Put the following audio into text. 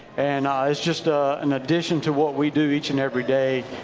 and um it's just ah an addition to what we do each and every day.